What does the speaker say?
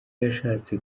yashatse